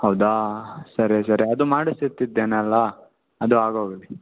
ಹೌದಾ ಸರಿ ಸರಿ ಅದು ಮಾಡಿಸುತ್ತಿದ್ದೇನಲ್ಲ ಅದು ಆಗೋಗಲಿ